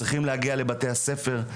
צריכים להגיע לבתי הספר,